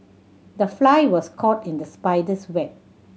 the fly was caught in the spider's web